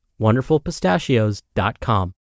wonderfulpistachios.com